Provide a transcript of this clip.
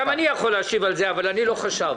גם אני יכול להשיב על זה אבל אני לא חשב.